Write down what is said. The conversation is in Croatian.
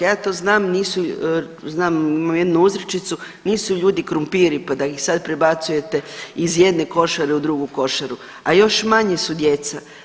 Ja to znam, nisu, znam, imam jednu uzrečicu, nisu ljudi krumpiri pa da ih sad prebacujete iz jedne košare u drugu košaru, a još manje su djeca.